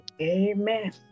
Amen